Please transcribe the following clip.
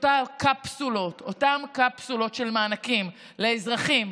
אותן קפסולות של מענקים לאזרחים,